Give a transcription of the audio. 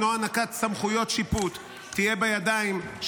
התשפ"ד 2024,